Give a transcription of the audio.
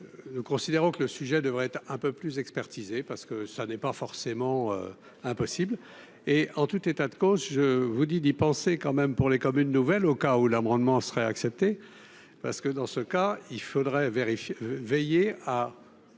nous considérons que le sujet devrait être un peu plus expertiser parce que ça n'est pas forcément impossible et en tout état de cause, je vous dis d'y penser quand même pour les comme une nouvelle au cas où l'amendement serait accepté parce que dans ce cas il faudrait vérifier